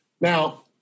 now